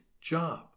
job